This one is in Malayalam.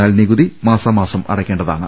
എന്നാൽ നികുതി മാസാ മാസം അടക്കേണ്ടതാണ്